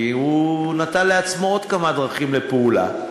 כי הוא נתן לעצמו עוד כמה דרכים לפעולה,